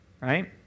Right